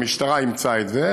המשטרה אימצה את זה,